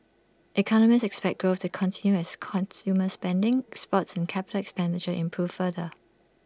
economists expect growth to continue as consumer spending exports and capital expenditure improve further